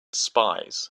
spies